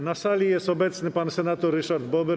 Na sali jest obecny pan senator Ryszard Bober.